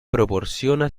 proporciona